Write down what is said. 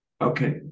okay